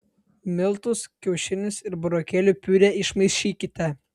miltus kiaušinius ir burokėlių piurė išmaišykite